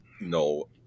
no